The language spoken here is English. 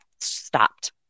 stopped